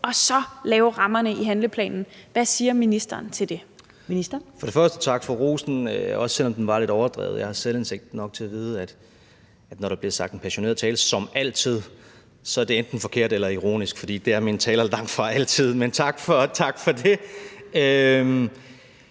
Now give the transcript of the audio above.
og forsyningsministeren (Dan Jørgensen): For det første tak for rosen, også selv om den var lidt overdreven. Jeg har selvindsigt nok til at vide, at når der bliver sagt en passioneret tale som altid, så er det enten forkert eller ironisk, fordi det er mine taler langtfra altid, men tak for det.